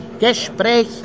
Gespräch